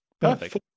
Perfect